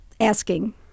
asking